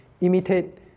imitate